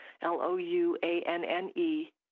L-O-U-A-N-N-E